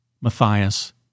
Matthias